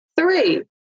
Three